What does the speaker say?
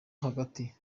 hagati